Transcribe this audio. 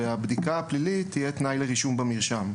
והבדיקה הפלילית תהיה תנאי לרישום במרשם,